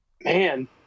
man